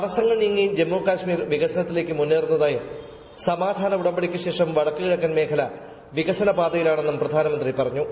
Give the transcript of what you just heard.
തടസ്സങ്ങൾ നീങ്ങി ജമ്മു കശ്മീർ വികസനത്തിലേക്ക് മുന്നേറുന്നതായും സമാധാന ഉടമ്പടിക്ക് ശേഷം വടക്കുകിഴക്കൻ മേഖല വികസന പാതയിലാണെന്നും പ്രധാനമന്ത്രി പറഞ്ഞു